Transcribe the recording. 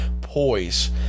poise